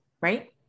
right